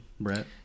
Brett